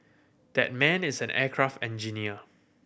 that man is an aircraft engineer